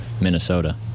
Minnesota